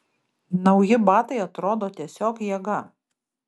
nauji batai atrodo tiesiog jėga